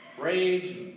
rage